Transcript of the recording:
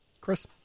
Chris